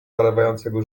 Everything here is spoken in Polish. zalewającego